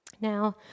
Now